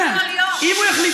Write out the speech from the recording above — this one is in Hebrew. אם הוא ימות